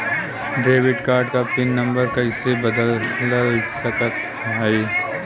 Debit card क PIN number कइसे बदल सकत हई?